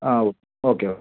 ആ okay okay